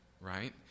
right